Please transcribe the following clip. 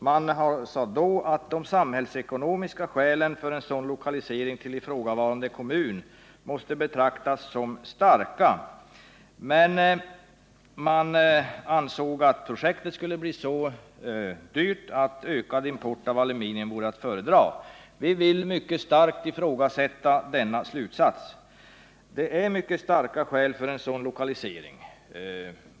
Man sade att de samhällsekonomiska skälen för lokalisering till ifrågavarande kommun måste betraktas som starka, men man ansåg att projektet skulle bli så dyrt att en ökning av importen av aluminium vore att föredra. Vi vill mycket starkt i frågasätta denna slutsats. Det finns mycket starka skäl för en sådan lokalisering.